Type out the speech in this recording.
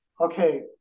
Okay